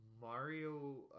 Mario